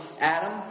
Adam